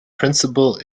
principle